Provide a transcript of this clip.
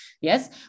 yes